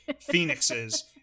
phoenixes